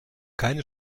keine